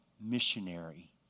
missionary